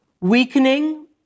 weakening